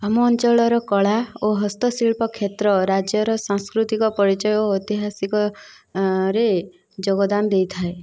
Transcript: ଆମ ଅଞ୍ଚଳର କଳା ଓ ହସ୍ତଶିଳ୍ପ କ୍ଷେତ୍ର ରାଜ୍ୟର ସାଂସ୍କୃତିକ ପରିଚୟ ଓ ଐତିହାସିକ ରେ ଯୋଗଦାନ ଦେଇଥାଏ